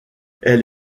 elle